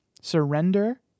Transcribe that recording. surrender